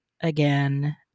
again